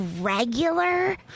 regular